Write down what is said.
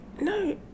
No